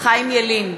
חיים ילין,